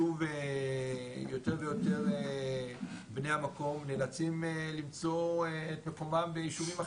בני המקום יותר ויותר נאלצים למצוא את מקומם בישובים אחרים.